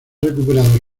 recuperado